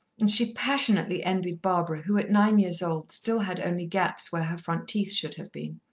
and she passionately envied barbara, who at nine years old still had only gaps where her front teeth should have been.